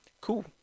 Cool